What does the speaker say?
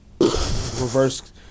Reverse